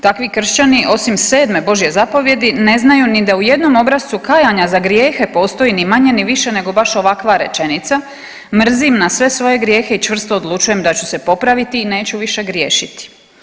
Takvi kršćani osim sedme božje zapovijedi ne znaju da ni u jednom obrascu kajanja za grijehe postoji ni manje ni više nego baš ovakva rečenica, mrzim na sve svoje grijehe i čvrsto odlučujem da ću se popraviti i neću više griješiti.